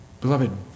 Beloved